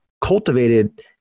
cultivated